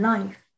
Life